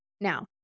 Now